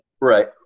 Right